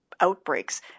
outbreaks